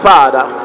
Father